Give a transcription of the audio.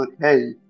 Hey